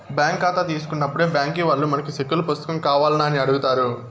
bank కాతా తీసుకున్నప్పుడే బ్యాంకీ వాల్లు మనకి సెక్కుల పుస్తకం కావాల్నా అని అడుగుతారు